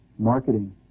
marketing